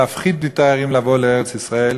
להפחיד תיירים מלבוא לארץ-ישראל,